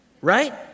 right